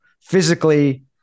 physically